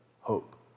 hope